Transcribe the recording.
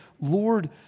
Lord